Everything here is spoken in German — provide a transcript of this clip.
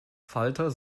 falter